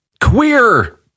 Queer